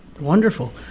Wonderful